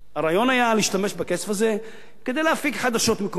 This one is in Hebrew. הרעיון היה להשתמש בכסף הזה כדי להפיק חדשות מקומיות,